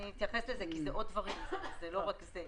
אני אתייחס לזה כי יש עוד דברים ולא רק זה.